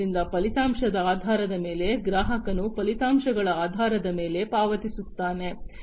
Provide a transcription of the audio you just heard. ಆದ್ದರಿಂದ ಫಲಿತಾಂಶದ ಆಧಾರದ ಮೇಲೆ ಗ್ರಾಹಕನು ಫಲಿತಾಂಶಗಳ ಆಧಾರದ ಮೇಲೆ ಪಾವತಿಸುತ್ತಾನೆ